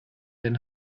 den